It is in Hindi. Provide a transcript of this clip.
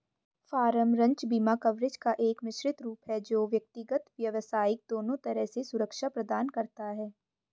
फ़ार्म, रंच बीमा कवरेज का एक मिश्रित रूप है जो व्यक्तिगत, व्यावसायिक दोनों तरह से सुरक्षा प्रदान करता है